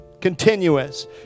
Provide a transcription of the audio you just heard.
Continuous